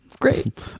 Great